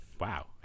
Wow